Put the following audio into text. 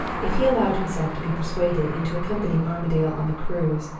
if he allowed himself to be persuaded into accompanying armadale on the cruise,